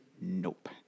Nope